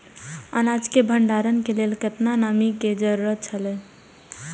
अनाज के भण्डार के लेल केतना नमि के जरूरत छला?